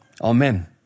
Amen